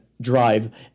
drive